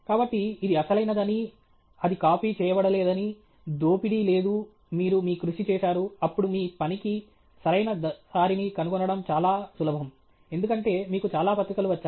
కాబట్టి ఇది అసలైనదని అది కాపీ చేయబడలేదని దోపిడీ లేదు మీరు మీ కృషి చేసారు అప్పుడు మీ పనికి సరైన దారిని కనుగొనడం చాలా సులభం ఎందుకంటే మీకు చాలా పత్రికలు వచ్చాయి